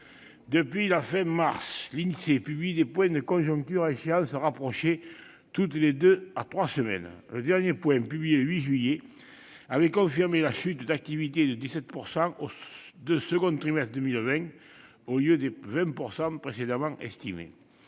Depuis la fin de mars dernier, l'Insee publie des points de conjoncture à échéances rapprochées, toutes les deux à trois semaines. Le dernier point, publié le 8 juillet, a confirmé une chute d'activité de 17 % au deuxième trimestre de cette année, au lieu des 20 % précédemment estimés.